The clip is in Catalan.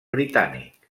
britànic